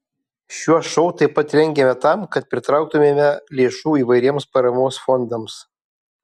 šiuos šou taip pat rengiame tam kad pritrauktumėme lėšų įvairiems paramos fondams